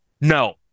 No